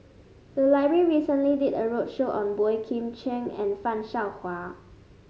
the library recently did a roadshow on Boey Kim Cheng and Fan Shao Hua